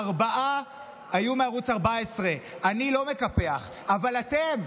ארבעה היו מערוץ 14, אני לא מקפח, אבל אתם,